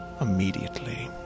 Immediately